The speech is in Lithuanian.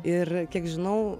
ir kiek žinau